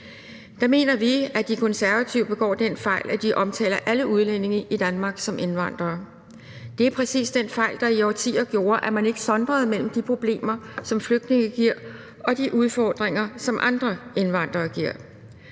Der mener vi, at De Konservative begår den fejl, at de omtaler alle udlændinge i Danmark som indvandrere. Det var præcis den fejl, der i årtier gjorde, at man ikke sondrede mellem de problemer, som flygtninge giver, og de udfordringer, som andre indvandrere giver.